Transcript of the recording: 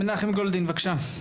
מנחם גולדין בבקשה.